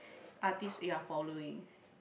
artist you are following